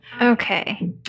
Okay